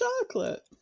chocolate